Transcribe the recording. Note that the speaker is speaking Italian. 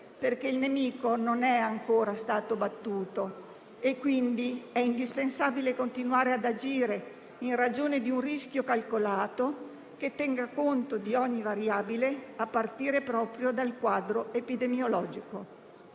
perché il nemico non è ancora stato battuto e quindi è indispensabile continuare ad agire, in ragione di un rischio calcolato, che tenga conto di ogni variabile, a partire proprio dal quadro epidemiologico.